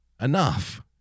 Enough